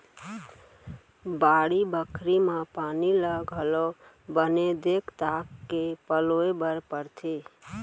बाड़ी बखरी म पानी ल घलौ बने देख ताक के पलोय बर परथे